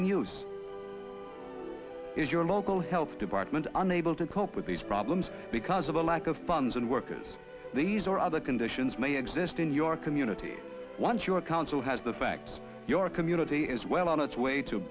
in use is your local health department unable to cope with these problems because of a lack of funds and workers these or other conditions may exist in your community once your council has the fact your community is well on its way to